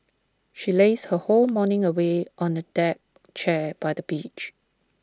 she lazed her whole morning away on A deck chair by the beach